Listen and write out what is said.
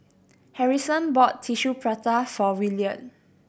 Harrison bought Tissue Prata for William